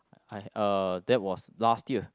I uh that was last year